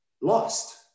lost